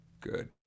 good